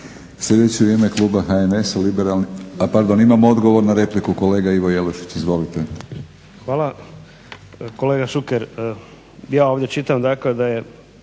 Hvala